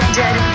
dead